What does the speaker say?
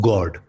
God